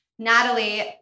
Natalie